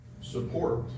support